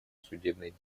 судебной